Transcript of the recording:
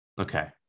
Okay